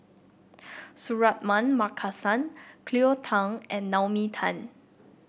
Suratman Markasan Cleo Thang and Naomi Tan